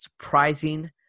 surprising